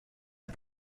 are